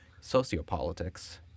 sociopolitics